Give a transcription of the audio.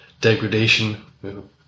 degradation